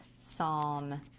Psalm